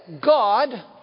God